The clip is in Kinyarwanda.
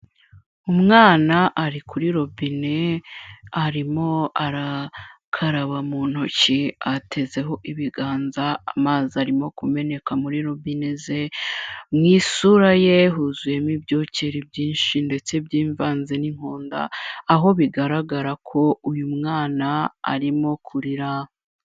Umwana ari kuri robine, arimo arakaraba mu ntoki atezeho ibiganza, amazi arimo kumeneka muri robine ze, mu isura ye huzuyemo ibyokere byinshi ndetse byivanze n'inkonda aho bigaragara ko uyu mwana arimo kurira.